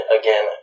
again